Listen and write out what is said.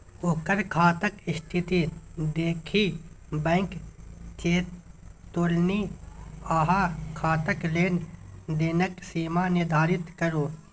ओकर खाताक स्थिती देखि बैंक चेतोलनि अहाँ खाताक लेन देनक सीमा निर्धारित करू